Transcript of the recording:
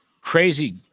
crazy